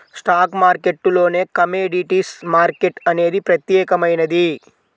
stock మార్కెట్టులోనే commodities market అనేది ప్రత్యేకమైనది